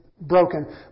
Broken